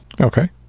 Okay